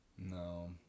No